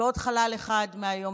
ועוד חלל אחד מהיום.